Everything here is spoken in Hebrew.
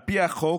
על פי החוק,